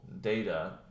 data